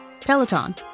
Peloton